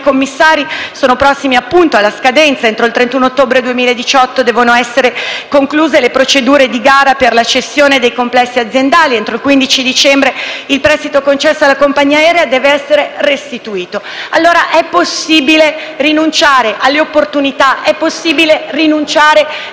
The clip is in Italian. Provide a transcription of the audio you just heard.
commissari sono prossimi alla scadenza. Entro il 31 ottobre 2018 devono essere concluse le procedure di gara per la cessione dei complessi aziendali. Entro il 15 dicembre il prestito concesso alla compagnia aerea deve essere restituito. Pertanto, è possibile rinunciare alle opportunità, è possibile rinunciare